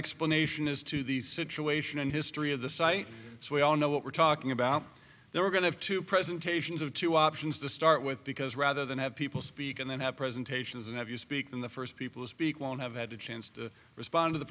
explanation as to the situation and history of the site so we all know what we're talking about there we're going to have to presentations of two options to start with because rather than have people speak and then have presentations and have you speak in the first people speak won't have had a chance to respond to the